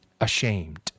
ashamed